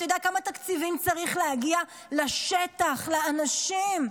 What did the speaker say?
אתה יודע כמה תקציבים צריכים להגיע לשטח, לאנשים.